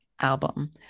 album